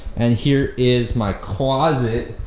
and here is my closet,